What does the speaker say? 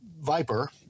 viper